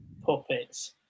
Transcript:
Puppets